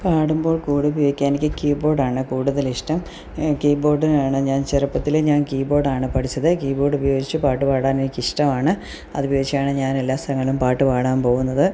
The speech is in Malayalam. പാടുമ്പോൾ കൂടുപയോഗിക്കാൻ എനിക്കി കീബോഡാണ് കൂടുതലിഷ്ടം കീബോഡിനാണ് ഞാൻ ചെറുപ്പത്തിലെ ഞാൻ കീബോഡാണ് പഠിച്ചത് കീബോഡ് ഉപയോഗിച്ചു പാട്ടു പാടാൻ എനിക്കിഷ്ടമാണ് അത് ഉപയോഗിച്ചാണ് ഞാൻ എല്ലാ സ്ഥലങ്ങളും പാട്ടു പാടാൻ പോകുന്നത്